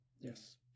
yes